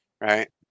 right